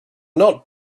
not